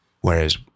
Whereas